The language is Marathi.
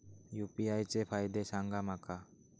यू.पी.आय चे फायदे सांगा माका?